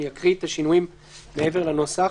אני אקרא את השינויים מעבר לנוסח.